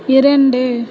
இரண்டு